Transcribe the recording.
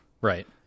Right